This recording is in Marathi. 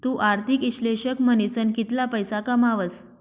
तु आर्थिक इश्लेषक म्हनीसन कितला पैसा कमावस